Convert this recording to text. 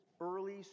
early